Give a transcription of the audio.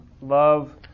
love